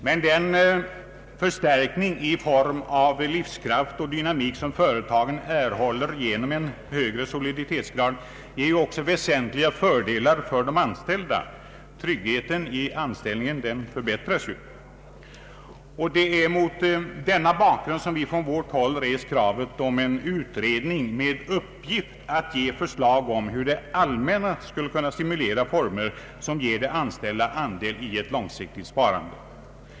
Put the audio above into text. Men den förstärkning i form av livskraft och dynamik som företagen erhåller genom en högre soliditet ger också väsentliga fördelar för de anställda. Tryggheten i anställningen förbättras. Det är mot denna bakgrund som vi från vårt håll rest kravet om en utredning med uppgift att avge förslag om hur det allmänna skulle kunna stimulera former som ger de anställda andel i ett långsiktigt sparande.